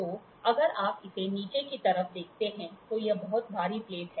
तो अगर आप इसे नीचे की तरफ देखते हैं तो यह बहुत भारी प्लेट है